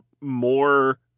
more